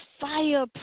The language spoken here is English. fire